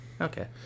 Okay